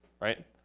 right